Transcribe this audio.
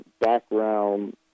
background